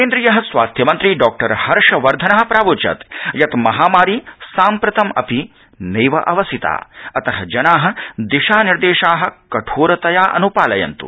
केन्द्रीय स्वास्थ्यमन्द्री डॉ हर्षवर्धन प्रावोचत् यत् महामारी साम्प्रतमपि नैव अवसिता अतः जना दिशानिर्देशा काठोरतया अन्पालयन्त्